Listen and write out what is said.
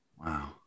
Wow